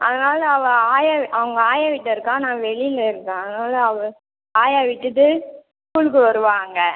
அதனால் அவள் ஆயா அவங்க ஆயா வீட்டில் இருக்காள் நான் வெளியில இருக்கே அதனால் அவள் ஆயா விட்டுட்டு ஸ்கூலுக்கு வருவாங்கள்